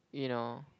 you know